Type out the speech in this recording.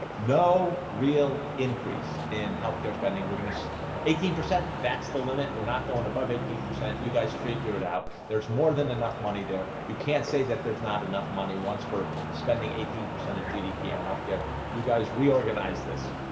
no real increase in health care spending we're gonna see eighteen percent. that's the limit we're not going above eighteen percent you guys figure it out. there's more than enough money there you can't say that there's not enough money. once we're spending eighteen percent of gdp on health care you guys reorganize this